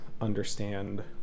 understand